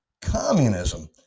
communism